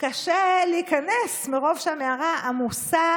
קשה להיכנס מרוב שהמערה עמוסה